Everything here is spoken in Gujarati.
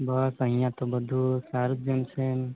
બસ અહીંયા તો બધું સારુ જ જેમ છે એમ